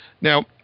Now